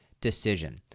decision